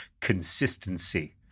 Consistency